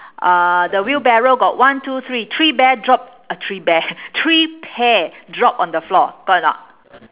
uh the wheelbarrow got one two three three bear drop uh three bear three pear drop on the floor got or not